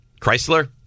Chrysler